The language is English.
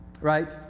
Right